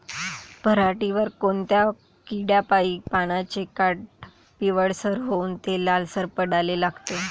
पऱ्हाटीवर कोनत्या किड्यापाई पानाचे काठं पिवळसर होऊन ते लालसर पडाले लागते?